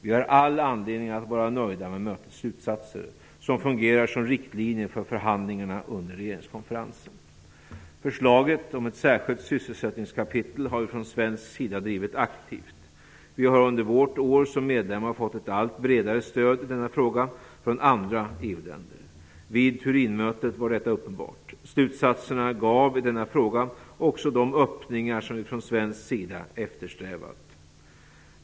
Vi har all anledning att vara nöjda med mötets slutsatser, som fungerar som riktlinjer för förhandlingarna under regeringskonferensen. Förslaget om ett särskilt sysselsättningskapitel har vi från svensk sida aktivt drivit. Vi har under vårt år som medlemmar fått ett allt bredare stöd i denna fråga från andra EU-länder. Vid Turinmötet var detta uppenbart. Slutsatserna gav i denna fråga också de öppningar som vi från svensk sida eftersträvat.